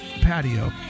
patio